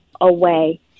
away